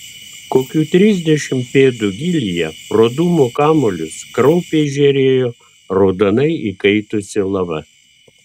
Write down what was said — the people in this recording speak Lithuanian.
kokių trisdešimt pėdų gylyje pro dūmų kamuolius kraupiai žėrėjo raudonai įkaitusi lava